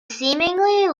seemingly